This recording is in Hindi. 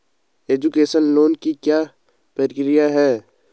एजुकेशन लोन की क्या प्रक्रिया है?